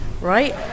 right